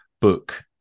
book